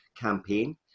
campaign